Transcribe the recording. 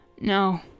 no